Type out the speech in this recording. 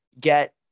get